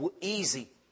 easy